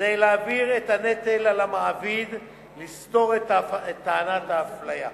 כדי להעביר אל המעביד את הנטל לסתור את טענת האפליה.